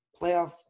playoff